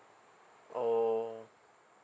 uh